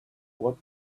what